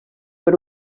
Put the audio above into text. per